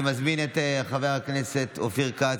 אני מזמין את חבר הכנסת אופיר כץ,